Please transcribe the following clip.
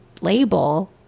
label